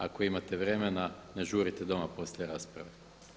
Ako imate vremena, ne žurite doma poslije rasprave.